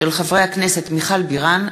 חברי הכנסת מיכל בירן,